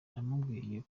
namubwiye